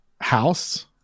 house